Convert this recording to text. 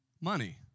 Money